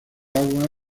agua